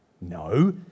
No